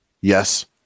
Yes